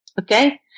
Okay